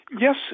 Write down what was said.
yes